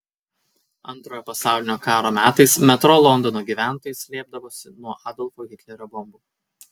antrojo pasaulinio karo metais metro londono gyventojai slėpdavosi nuo adolfo hitlerio bombų